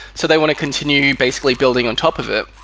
so they want to continue basically building on top of it,